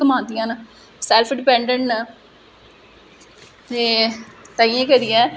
उनें ई कोई इन्नी स्पोर्ट नेईं होंदी ऐ कुसै दी बी स्पोर्ट नेईं होंदी ऐ